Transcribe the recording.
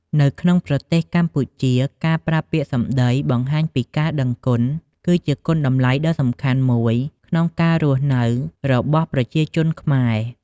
នៅក្នុងប្រទេសកម្ពុជា ការប្រើពាក្យសម្ដីបង្ហាញពីការដឹងគុណគឺជាគុណតម្លៃដ៏សំខាន់មួយក្នុងការរស់នៅរបស់ប្រជាជនខ្មែរ។